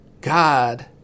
God